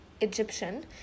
Egyptian